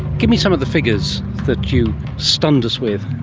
give me some of the figures that you stunned us with.